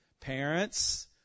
parents